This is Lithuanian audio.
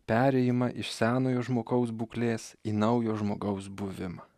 perėjimą iš senojo žmogaus būklės į naujo žmogaus buvimą